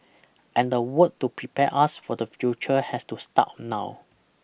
and the work to prepare us for the future has to start now